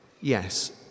yes